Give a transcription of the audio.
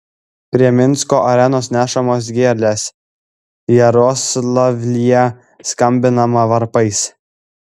prie minsko arenos nešamos gėlės jaroslavlyje skambinama varpais